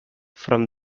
from